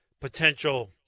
potential